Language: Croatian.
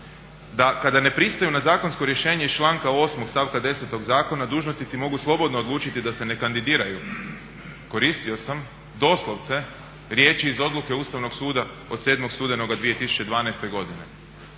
da kada ne pristaju na zakonsko rješenje iz članka 8. stavka 10. zakona dužnosnici mogu slobodno odlučiti da se ne kandidiraju koristio sam doslovce riječi iz odluke Ustavnog suda od 7. studenoga 2012. godine.